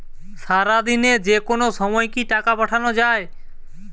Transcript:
সারাদিনে যেকোনো সময় কি টাকা পাঠানো য়ায়?